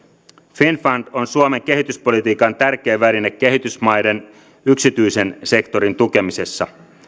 finnfund on suomen kehityspolitiikan tärkein väline kehitysmaiden yksityisen sektorin tukemiseen